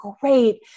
great